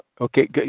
Okay